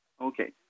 Okay